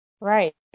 Right